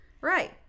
Right